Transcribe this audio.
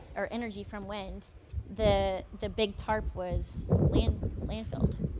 or energy from wind the the big tarp was land land filled,